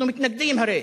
אנחנו מתנגדים, הרי,